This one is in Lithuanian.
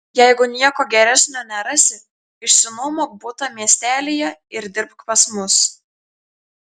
jeigu nieko geresnio nerasi išsinuomok butą miestelyje ir dirbk pas mus